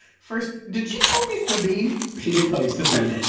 first, did she call me sabine? she did call you sabine,